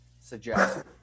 suggest